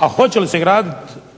a hoće li se graditi